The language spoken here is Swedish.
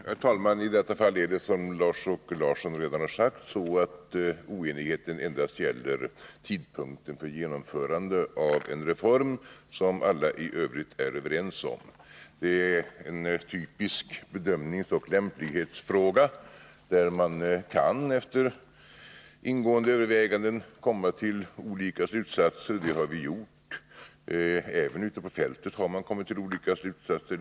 Herr talman! I detta fall är det så, som Lars-Åke Larsson redan har sagt, att oenigheten endast gäller tidpunkten för genomförande av en reform som alla i övrigt är överens om. Det är en typisk bedömningsoch lämplighetsfråga, där man efter ingående överväganden kan komma till olika slutsatser, och det har vi gjort. Även ute på fältet har man kommit till olika slutsatser.